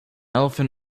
elephant